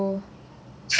favourite movie